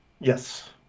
Yes